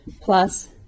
plus